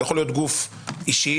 יכול להיות גוף אישי,